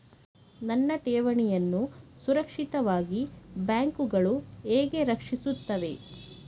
ನನ್ನ ಠೇವಣಿಯನ್ನು ಸುರಕ್ಷಿತವಾಗಿ ಬ್ಯಾಂಕುಗಳು ಹೇಗೆ ರಕ್ಷಿಸುತ್ತವೆ?